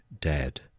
dead